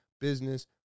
business